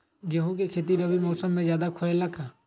गेंहू के खेती रबी मौसम में ज्यादा होखेला का?